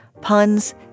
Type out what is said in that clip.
puns